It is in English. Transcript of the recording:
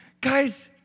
Guys